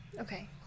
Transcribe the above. okay